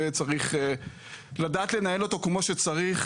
וצריך לדעת לנהל אותו כמו שצריך,